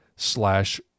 slash